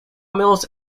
mills